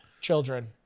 Children